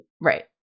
Right